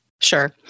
Sure